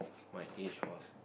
my age was